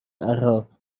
عراق